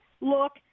look